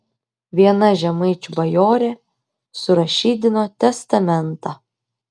viena žemaičių bajorė surašydino testamentą